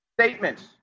Statements